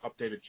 updated